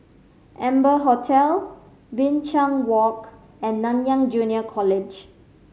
Amber Hotel Binchang Walk and Nanyang Junior College